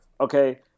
okay